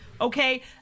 Okay